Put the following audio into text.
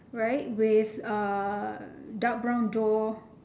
right with uh dark brown door